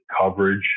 coverage